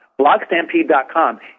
Blogstampede.com